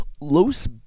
Los